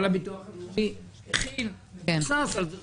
מנכ"ל הביטוח הלאומי, הכין מבוסס על ורסאי.